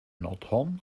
nordhorn